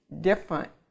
different